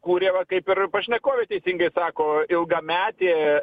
kūrė va kaip ir pašnekovė teisingai sako ilgametė